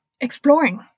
exploring